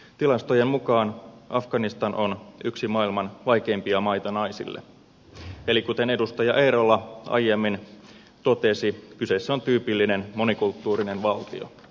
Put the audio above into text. tilastojen mukaan afganistan on yksi maailman vaikeimpia maita naisille eli kuten edustaja eerola aiemmin totesi kyseessä on tyypillinen monikulttuurinen valtio